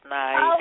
nice